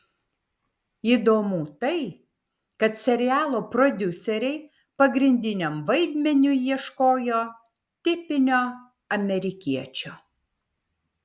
įdomu tai kad serialo prodiuseriai pagrindiniam vaidmeniui ieškojo tipinio amerikiečio